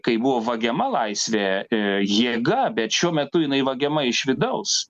kai buvo vagiama laisvė jėga bet šiuo metu jinai vagiama iš vidaus